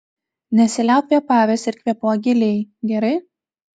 nesiliauk kvėpavęs ir kvėpuok giliai gerai